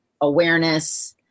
awareness